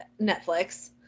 Netflix